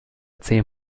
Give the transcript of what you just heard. zehn